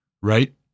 right